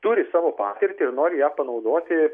turi savo patirtį ir nori ją panaudoti